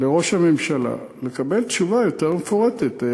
לראש הממשלה לקבל תשובה יותר מפורטת.